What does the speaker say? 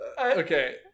Okay